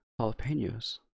jalapenos